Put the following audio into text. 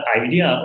idea